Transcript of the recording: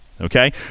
Okay